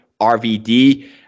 RVD